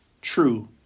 true